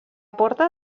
porta